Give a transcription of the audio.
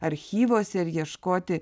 archyvuose ir ieškoti